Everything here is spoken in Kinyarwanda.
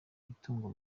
imitungo